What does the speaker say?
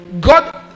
God